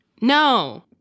no